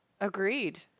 Agreed